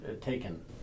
taken